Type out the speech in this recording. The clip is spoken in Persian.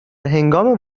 هنگام